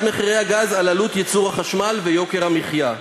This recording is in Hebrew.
מחירי הגז על עלות ייצור החשמל ויוקר המחיה.